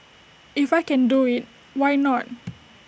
if I can do IT why not